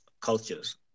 cultures